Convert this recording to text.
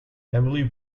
heavily